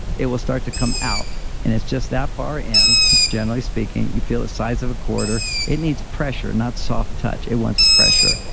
it will start to come out and it's just that far and generally speaking, you feel the size of a quarter. it needs pressure, not soft touch. it wants pressure.